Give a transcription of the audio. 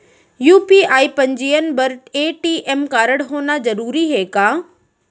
UPI पंजीयन बर ATM कारडहोना जरूरी हे का?